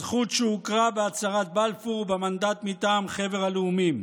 זכות שהוכרה בהצהרת בלפור במנדט מטעם חבר הלאומים,